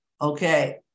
Okay